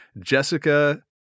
Jessica